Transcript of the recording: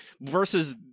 versus